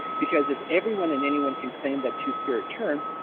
because if everyone and anyone can claim that two-spirit term,